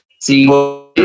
see